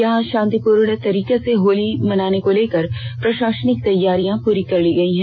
यहां शांतिपूर्ण तरीके से होली मनाने को लेकर प्रषासनिक तैयारियां पूरी कर ली गई हैं